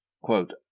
quote